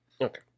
Okay